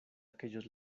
aquellos